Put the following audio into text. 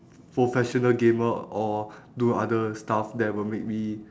professional gamer or do other stuff that will make me